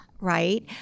Right